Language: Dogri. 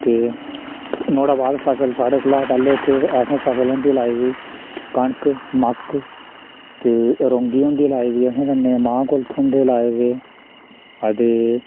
ते नुहाड़े बाद सारे कोला पैह्लें असें इत्थे असें फसल होंदी लाई दी कनक मक्क ते रौंगी होंदी लाई दी असें कन्नै मांह् कुल्थ होंदे लाए दे अदे